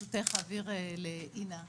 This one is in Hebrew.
ברשותך, אני אעביר את רשות הדיבור לאינה זלצמן,